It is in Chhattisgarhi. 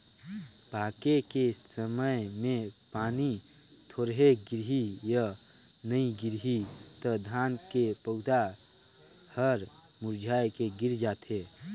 पाके के समय मे पानी थोरहे गिरही य नइ गिरही त धान के पउधा हर मुरझाए के गिर जाथे